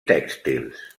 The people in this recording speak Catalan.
tèxtils